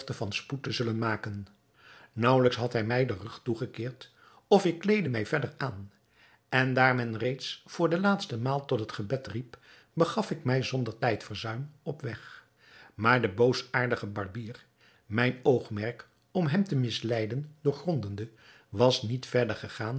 van spoed te zullen maken naauwelijks had hij mij den rug toegekeerd of ik kleedde mij verder aan en daar men reeds voor de laatste maal tot het gebed riep begaf ik mij zonder tijdverzuim op weg maar de boosaardige barbier mijn oogmerk om hem te misleiden doorgrondende was niet verder gegaan